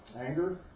anger